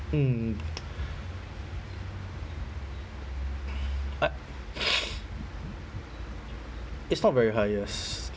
mm I it's not very high yes